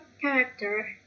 character